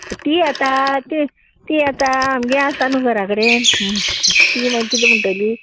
तीं येता तीं तीं येता आमगे आसा न्हू घरा कडेन ती मागीर कितें म्हणटली